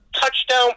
touchdown